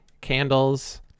candles